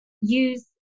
use